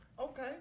Okay